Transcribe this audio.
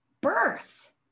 birth